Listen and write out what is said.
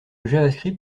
javascript